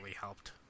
helped